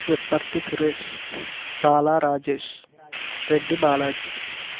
Vipparthi Suresh Sala Rajesh Reddy Balaji